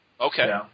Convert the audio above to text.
Okay